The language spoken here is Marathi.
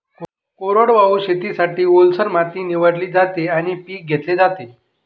कोरडवाहू शेतीसाठी, ओलसर माती निवडली जाते आणि पीक घेतले जाते